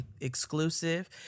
exclusive